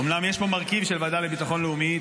אומנם יש פה מרכיב של הוועדה לביטחון לאומי,